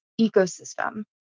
ecosystem